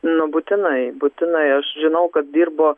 nu būtinai būtinai aš žinau kad dirbu